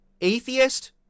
Atheist